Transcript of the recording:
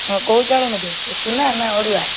ହଁ କେଉଁ ଚାଉଳ ନେବେ ଉଷୁନା ନା ଅରୁଆ